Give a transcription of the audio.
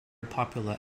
popular